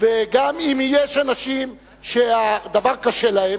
וגם אם יש אנשים שהדבר קשה להם,